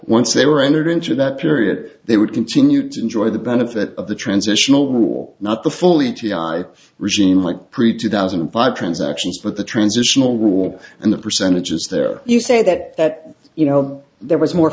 once they were entered into that period they would continue to enjoy the benefit of the transitional rule not the full e t i regime like pre two thousand and five transactions but the transitional rule and the percentages there are you say that you know there was more